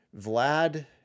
Vlad